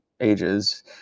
ages